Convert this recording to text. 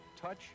touch